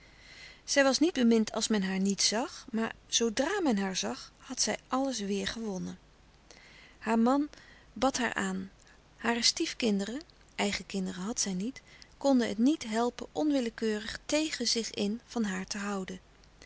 stille kracht niet bemind als men haar niet zag maar zoodra men haar zag had zij alles weêr gewonnen haar man bad haar aan hare stiefkinderen eigen kinderen had zij niet konden het niet helpen onwillekeurig tegen zich in van haar te houden